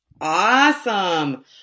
Awesome